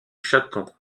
chaton